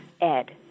Ed